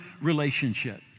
relationship